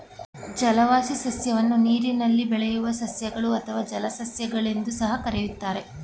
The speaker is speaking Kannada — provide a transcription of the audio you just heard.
ಜಲವಾಸಿ ಸಸ್ಯವನ್ನು ನೀರಿನಲ್ಲಿ ಬೆಳೆಯುವ ಸಸ್ಯಗಳು ಅಥವಾ ಜಲಸಸ್ಯ ಗಳೆಂದೂ ಸಹ ಕರಿತಾರೆ